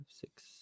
six